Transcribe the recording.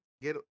get